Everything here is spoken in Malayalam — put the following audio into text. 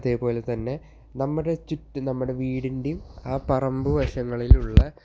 അതേപോലെ തന്നെ നമ്മുടെ ചുറ്റിനും നമ്മുടെ വീടിൻ്റെ ആ പറമ്പ് വശങ്ങളിലുള്ള